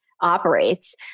operates